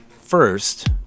first